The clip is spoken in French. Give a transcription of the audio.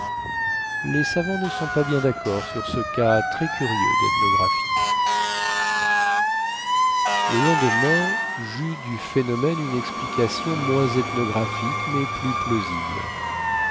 les savants ne sont pas bien daccord sur ce cas très curieux dethnographie le lendemain jeus du phénomène une explication moins ethnographique mais plus plausible